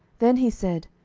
then he said,